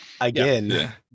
again